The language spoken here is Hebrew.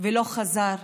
ולא חזר.